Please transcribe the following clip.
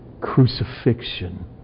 crucifixion